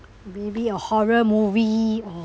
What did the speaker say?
maybe a horror movie or